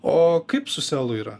o kaip su selu yra